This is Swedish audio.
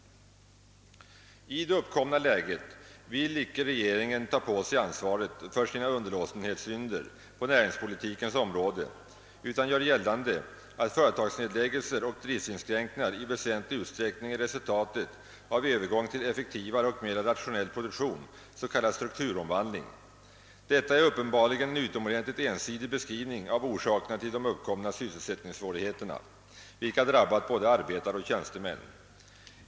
I det uppkomna läget vill inte regeringen ta på sig ansvaret för sina underlåtenhetssynder på näringspolitikens område, utan gör gällande att företagsnedläggelser och driftsinskränkningar i väsentlig utsträckning är resultatet av övergång till effektivare och mera rationell produktion, s.k. strukturomvandling. Detta är uppenbarligen en utomordentligt ensidig beskrivning av orsakerna till de uppkomna sysselsättningssvårigheterna, vilka drabbat både arbetare och tjänstemän.